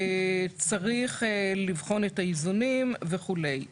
צריך לבחון את האיזונים וכו';